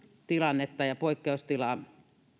tilannetta ja poikkeustilaa